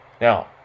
Now